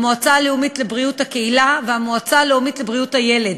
המועצה הלאומית לבריאות הקהילה והמועצה הלאומית לבריאות הילד,